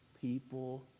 people